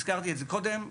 הזכרתי את זה קודם,